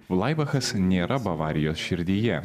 blaibachas nėra bavarijos širdyje